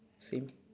same